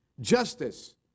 justice